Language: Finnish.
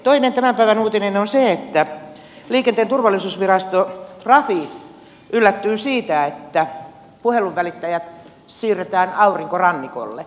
toinen tämän päivän uutinen on se että liikenteen turvallisuusvirasto trafi yllättyy siitä että puhelunvälittäjät siirretään aurinkorannikolle